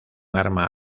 arma